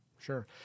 sure